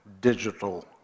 digital